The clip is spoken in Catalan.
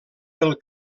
del